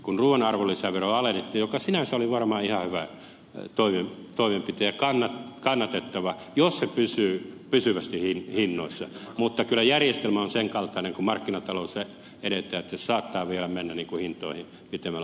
kun ruuan arvonlisäveroa alennettiin se sinänsä varmaan oli ihan hyvä toimenpide ja kannatettava jos se pysyy pysyvästi hinnoissa mutta kyllä järjestelmä on sen kaltainen kun markkinataloudessa eletään että se saattaa vielä mennä hintoihin pitemmällä aikavälillä